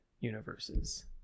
universes